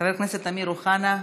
חבר הכנסת אמיר אוחנה,